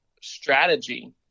strategy